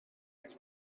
its